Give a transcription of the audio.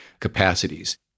capacities